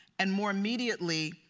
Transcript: and more immediately,